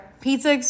pizza